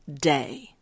day